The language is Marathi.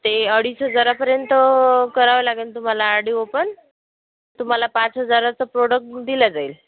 ते अडीच हजारापर्यंत करावं लागेल तुम्हाला आर डी ओपन तुम्हाला पाच हजाराचं प्रोडक्ट दिल्या जाईल